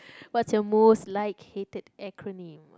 what's your most like hater acronym